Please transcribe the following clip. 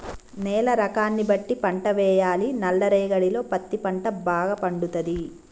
నేల రకాన్ని బట్టి పంట వేయాలి నల్ల రేగడిలో పత్తి పంట భాగ పండుతది